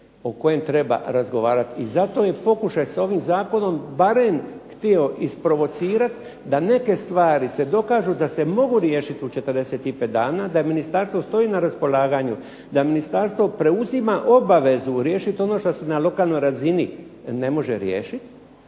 o kojem treba razgovarat i zato je pokušaj s ovim zakonom barem htio isprovocirat da neke stvari se dokažu da se mogu riješit u 45 dana, da ministarstvo stoji na raspolaganju, da ministarstvo preuzima obavezu riješiti ono što se na lokalnoj razini ne može riješiti